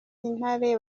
intare